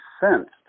sensed